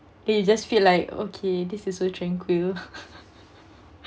then you just feel like okay this is so tranquil